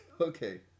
Okay